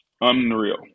Unreal